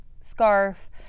scarf